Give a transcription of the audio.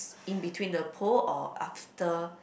in between the pole or after